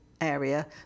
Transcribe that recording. area